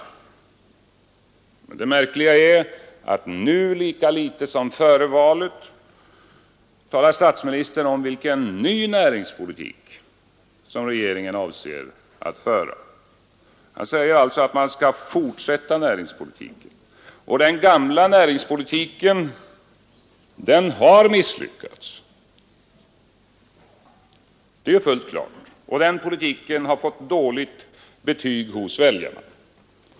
Men det märkiiga är att statsministern nu lika litet som före valet talar om vilken ny näringspolitik som regeringen avser att föra. Han säger alltså att man skall fortsätta näringspolitiken — och det är ju fullt klart att den gamla näringspolitiken har misslyckats. Den politiken har fått ett dåligt betyg av väljarna.